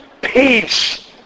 peace